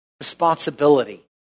responsibility